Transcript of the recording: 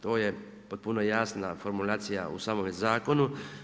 To je potpuno jasna formulacija u samome zakonu.